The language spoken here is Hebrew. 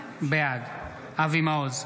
בעד אבי מעוז,